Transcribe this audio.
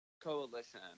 coalition